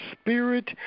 spirit